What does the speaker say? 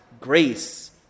grace